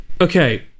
okay